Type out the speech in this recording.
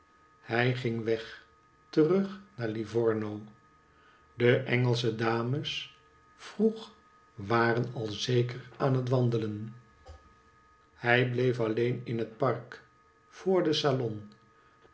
hij ging weg terug naar livorno de engelsche dames vroeg waren al zeker aan het wandelen hij bleef allecn in het park voor den salon